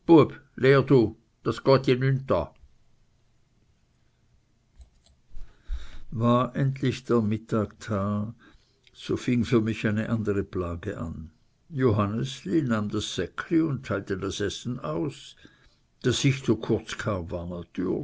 war endlich der mittag da so fing für mich eine andere plage an johannesli nahm das säckli und teilte das essen aus daß ich zu kurz kam war